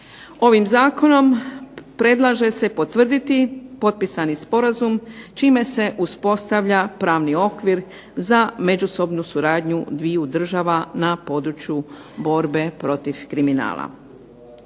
Ovim zakonom predlaže se potvrditi potpisani sporazum čime se uspostavlja pravni okvir za međusobni suradnju dviju država na području borbe protiv kriminala.